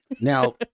Now